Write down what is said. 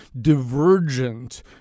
divergent